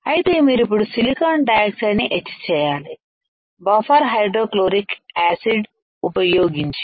అయితే మీరు ఇప్పుడు సిలికాన్ డయాక్సైడ్ ని ఎచ్ చేయాలి బఫర్ హైడ్రోక్లోరిక్ యాసిడ్ ఉపయోగిం ఉపయోగించి